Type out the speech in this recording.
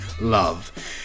love